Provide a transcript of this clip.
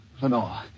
Lenore